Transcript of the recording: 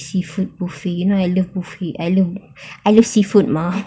seafood buffet you know I love buffet I love I love seafood mah